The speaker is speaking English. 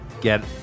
Get